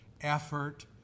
effort